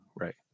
Right